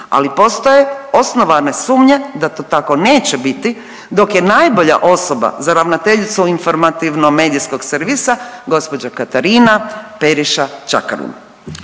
ali postoje osnovane sumnje da to tako neće biti dok je najbolja osoba za ravnateljicu informativno medijskog servisa gospođa Katarina Periša Čakarun.